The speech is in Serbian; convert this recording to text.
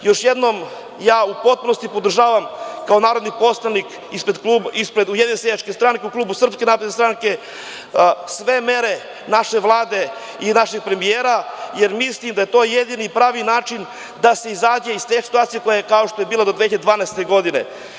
Još jednom, u potpunosti podržavam kao narodni poslanik ispred Ujedinjene seljačke stranke u klubu SNS sve mere naše Vlade i našeg premijera, jer mislim da je to jedini pravi način da se izađe iz te situacije kao što je bilo do 2012. godine.